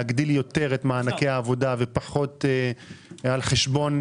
להגדיל יותר את מענקי העבודה ופחות על חשבון